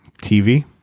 TV